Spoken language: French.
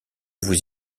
vous